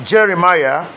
Jeremiah